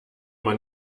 man